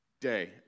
day